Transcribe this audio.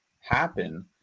happen